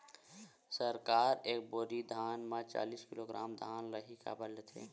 सरकार एक बोरी धान म चालीस किलोग्राम धान ल ही काबर लेथे?